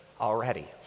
already